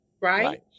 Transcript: Right